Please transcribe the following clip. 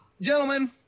gentlemen